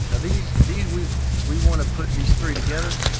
ah these these we we want to put these three together.